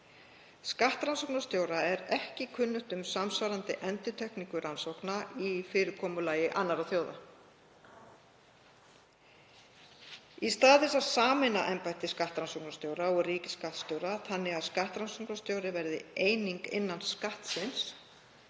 Skattrannsóknarstjóra er ekki kunnugt um samsvarandi endurtekningu rannsókna í fyrirkomulagi annarra þjóða. Í stað þess að sameina embætti skattrannsóknarstjóra og ríkisskattstjóra þannig að skattrannsóknarstjóri verði eining innan Skattsins